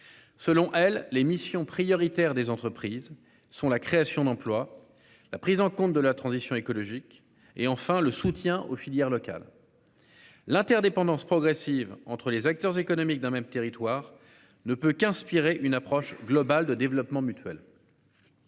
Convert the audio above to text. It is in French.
Selon elle, les missions prioritaires des entreprises sont la création d'emplois. La prise en compte de la transition écologique et enfin le soutien aux filières locales. L'interdépendance progressive entre les acteurs économiques d'un même territoire ne peut qu'inspirer une approche globale de développement mutuel.